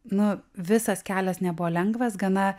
nu visas kelias nebuvo lengvas gana